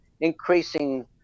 increasing